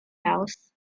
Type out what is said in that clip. house